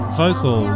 vocal